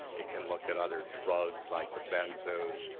it can look at other drugs like the benzos,